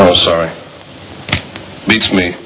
oh sorry makes me